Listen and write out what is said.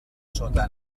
sota